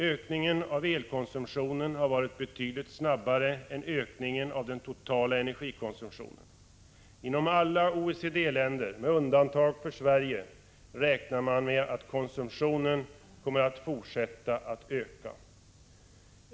Ökningen av elkonsumtionen har varit betydligt snabbare än ökningen av den totala energikonsumtionen. Inom alla OECD-länder med undantag för Sverige räknar man med att konsumtionen kommer att fortsätta att öka.